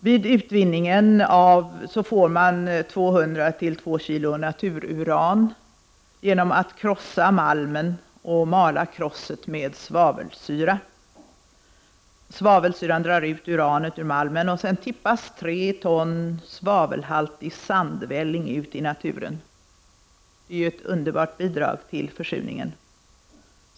Vid utvinningen får man 200 g-2 kg natururan genom att krossa malmen och mala krosset med svavelsyra. Svavelsyran drar ut uranet ur malmet, och sedan tippas tre ton svavelhaltig sandvälling ut i naturen. Vilket underbart bidrag till försurningen!